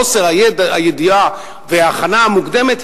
חוסר הידיעה וההכנה המוקדמת,